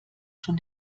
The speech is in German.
schon